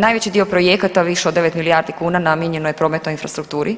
Najveći dio projekata, više od 9 milijardi kuna, namijenjeno je prometnoj infrastrukturi